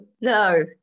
no